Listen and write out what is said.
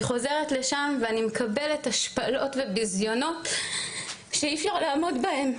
אני חוזרת לשם ואני מקבלת השפלות וביזיונות שאי אפשר לעמוד בהן.